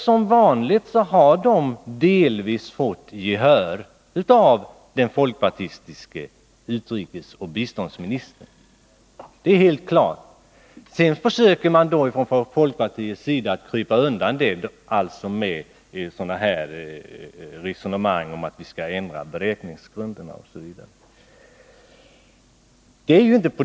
Som vanligt har moderaterna nu delvis fått gehör för sina förslag hos den folkpartistiske utrikesoch biståndsministern. Det är helt klart. Sedan försöker man från folkpartiet krypa undan detta faktum med resonemang om att ändra beräkningsgrunderna.